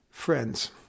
Friends